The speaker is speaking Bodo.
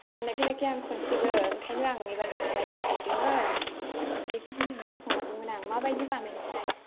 बानाय फेराखै आं खनसेबो ओंखायनो आं एबार बानायनो नागेरदोंमोन बेखौनो नोंनाव सोंहरदोंमोन आं माबायदि बानायो थाय